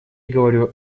говорю